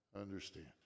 understand